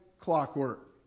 clockwork